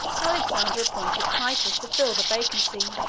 alexander appointed clitus to fill the vacancy.